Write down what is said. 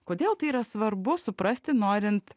kodėl tai yra svarbu suprasti norint